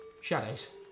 Shadows